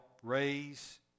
Raise